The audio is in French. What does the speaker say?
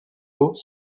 eaux